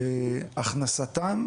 בהכנסתם